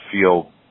feel